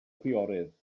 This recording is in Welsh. chwiorydd